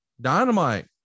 dynamite